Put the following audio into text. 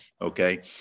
okay